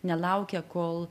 nelaukia kol